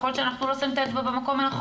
יכול להיות שאנחנו לא שמים את האצבע במקום הנכון.